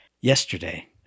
yesterday